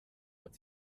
hat